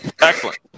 Excellent